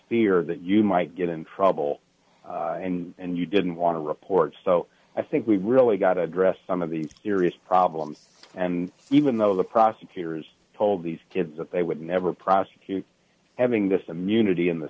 fear that you might get in trouble and you didn't want to report so i think we really got to address some of these serious problems and even though the prosecutors told these kids that they would never prosecute having this immunity in the